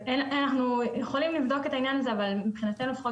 אנחנו יכולים לבדוק את העניין הזה אבל מבחינתנו לפחות